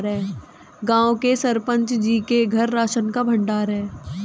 गांव के सरपंच जी के घर राशन का भंडार है